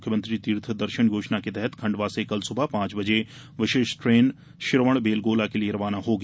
मुख्यमंत्री तीर्थदर्शन योजना के तहत खंडवा से कल सुबह पांच बजे विशेष ट्रेन श्रवणबेलगोला के लिए रवाना होगी